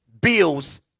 Bills